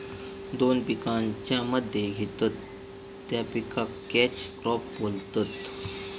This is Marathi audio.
दोन पिकांच्या मध्ये घेतत त्या पिकाक कॅच क्रॉप बोलतत